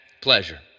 pleasure